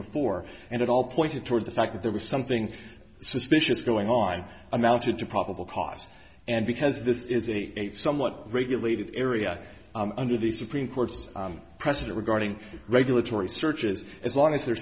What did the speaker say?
before and it all pointed toward the fact that there was something suspicious going on amounted to probable cost and because this is a somewhat regulated area under the supreme court's precedent regarding regulatory searches as long as the